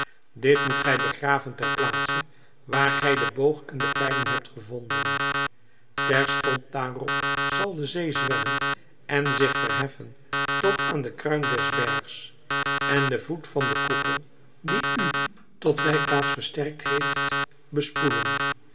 dit moet gij begraven ter plaatse waar gij den boog en de pijlen hebt gevonden terstond daarop zal de zee zwellen en zich verheffen tot aan de kruin des bergs en den voet van den koepel die u tot wijkplaats verstrekt bespoelen